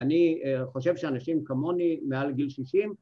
‫אני חושב שאנשים כמוני מעל גיל 60...